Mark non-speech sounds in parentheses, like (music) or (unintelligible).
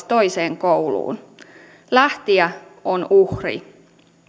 (unintelligible) toiseen kouluun lähtijä on uhri